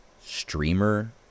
streamer